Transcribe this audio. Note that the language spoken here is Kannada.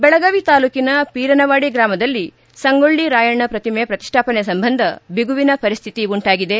ಬೆಳಗಾವಿ ತಾಲೂಕಿನ ಪೀರನವಾಡಿ ಗ್ರಾಮದಲ್ಲಿ ಸಂಗೊಳ್ಳ ರಾಯಣ್ಣ ಪ್ರತಿಮೆ ಪ್ರತಿಷ್ಠಾಪನೆ ಸಂಬಂಧ ಬಿಗುವಿನ ಪರಿಸ್ತಿತಿ ಉಂಟಾಗಿದೆ